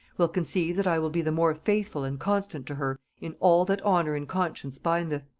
will conceive that i will be the more faithful and constant to her in all that honor and conscience bindeth.